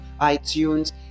itunes